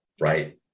right